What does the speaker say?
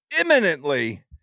imminently